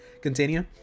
continue